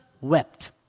wept